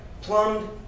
plumbed